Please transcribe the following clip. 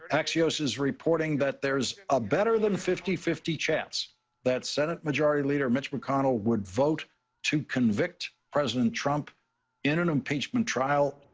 axios is reporting that there's a better than fifty fifty chance that senate majority leader mitch mcconnell would vote to convict president trump in an impeachment trial.